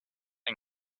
and